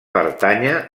pertànyer